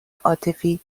عاطفی